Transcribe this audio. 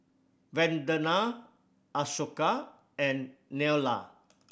Vandana Ashoka and Neila